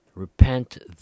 Repent